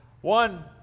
one